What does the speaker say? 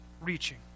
reaching